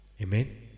Amen